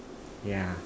yeah